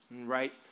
right